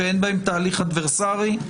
שאין בהן תהליך אדוורסרי,